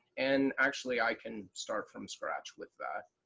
and actually i can start from scratch with that.